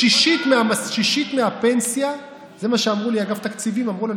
שישית מהפנסיה, זה מה שאמרו לנו אגף תקציבים.